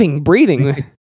breathing